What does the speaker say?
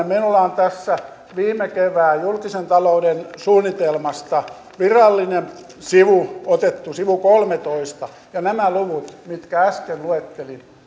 minulla on tässä viime kevään julkisen talouden suunnitelmasta virallinen sivu otettuna sivu kolmetoista ja nämä luvut mitkä äsken luettelin